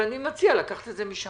אני מציע לקחת את זה משם.